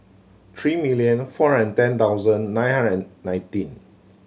three million four hundred ten thousand nine hundred nineteen